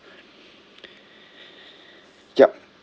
yup